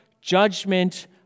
judgment